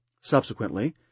subsequently